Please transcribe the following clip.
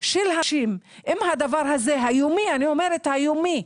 של הנשים עם הדבר הזה היומי, אני אומרת יומי,